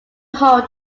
hold